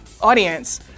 audience